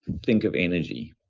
think of energy.